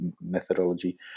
methodology